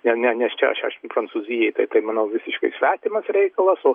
ne ne nes čia aš aišku prancūzijai tai tai manau visiškai svetimas reikalas o